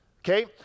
okay